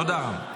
תודה, רם.